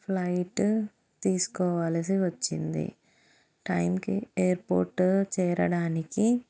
flight తీసుకోవాల్సి వచ్చింది టైంకి ఎయిర్పోర్టు చేరడానికి